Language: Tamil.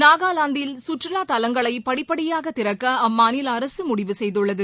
நாகாவாந்தில் சுற்றுவாத் தலங்களை படிப்படியாக திறக்க அம்மாநில அரசு முடிவு செய்துள்ளது